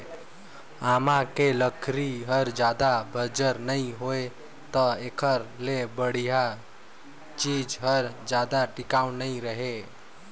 आमा के लकरी हर जादा बंजर नइ होय त एखरे ले बड़िहा चीज हर जादा टिकाऊ नइ रहें